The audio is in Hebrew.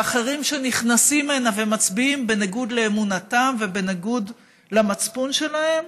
ואחרים שנכנסים הנה ומצביעים בניגוד לאמונתם ובניגוד למצפון שלהם,